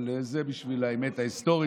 אבל זה בשביל האמת ההיסטורית,